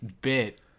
bit